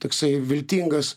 toksai viltingas